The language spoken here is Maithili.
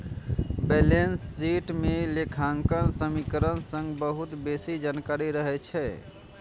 बैलेंस शीट मे लेखांकन समीकरण सं बहुत बेसी जानकारी रहै छै